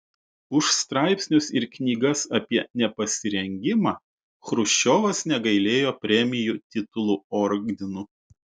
už straipsnius ir knygas apie nepasirengimą chruščiovas negailėjo premijų titulų ordinų